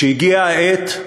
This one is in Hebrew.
כשהגיעה העת,